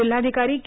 जिल्हाधिकारी के